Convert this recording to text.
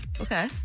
Okay